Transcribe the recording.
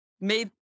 made